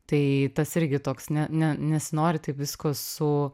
tai tas irgi toks ne ne nesinori taip visko su